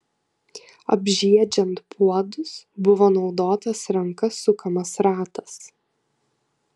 apžiedžiant puodus buvo naudotas ranka sukamas ratas